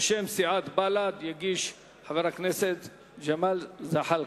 בשם סיעת בל"ד יגיש חבר הכנסת ג'מאל זחאלקה.